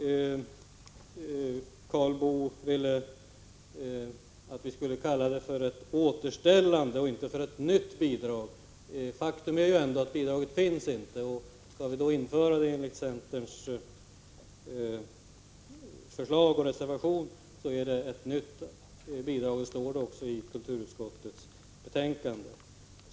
Karl Boo ville att vi skulle tala om ett återställande och inte om ett nytt bidrag. Faktum är ändå att bidraget inte finns. Inför vi ett bidrag enligt centerns reservation, blir det fråga om ett nytt bidrag. Så står det också i kulturutskottets betänkande.